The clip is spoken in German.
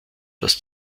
das